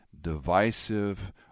divisive